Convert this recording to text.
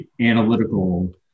analytical